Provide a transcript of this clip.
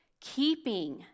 keeping